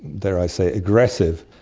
dare i say, aggressive,